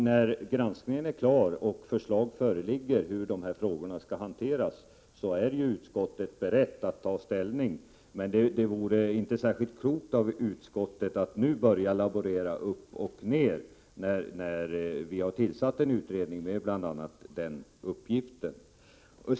När granskningen är klar och förslag föreligger om hur de här frågorna skall hanteras, är utskottet berett att ta ställning. Men det vore inte särskilt klokt av utskottet att nu börja laborera med en granskning, när vi har tillsatt en utredning med bl.a. den uppgiften.